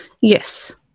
yes